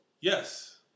Yes